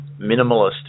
minimalist